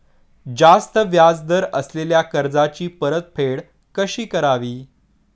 जास्त व्याज दर असलेल्या कर्जाची परतफेड कशी करावी?